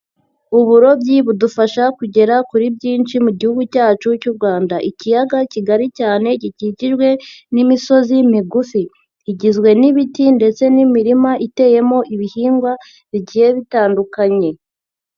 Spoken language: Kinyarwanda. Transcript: Uburobyi budufasha kugera kuri byinshi mu gihugu cyacu cy'u Rwanda, ikiyaga kigari cyane gikikijwe n'imisozi y' migufi igizwe n'ibiti ndetse n'imirima iteyemo ibihingwa bigiye bitandukanye.